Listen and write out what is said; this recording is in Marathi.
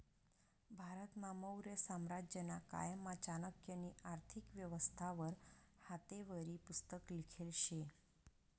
भारतमा मौर्य साम्राज्यना कायमा चाणक्यनी आर्थिक व्यवस्था वर हातेवरी पुस्तक लिखेल शे